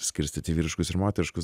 skirstyt į vyriškus ir moteriškus